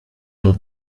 mon